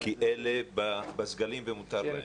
כי אלה בסגלים ומותר להם.